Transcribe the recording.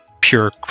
pure